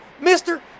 Mister